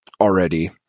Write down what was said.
already